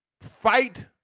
fight